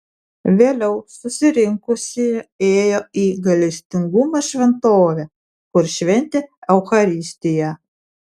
vėliau susirinkusieji ėjo į gailestingumo šventovę kur šventė eucharistiją